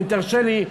אם תרשה לי,